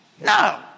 No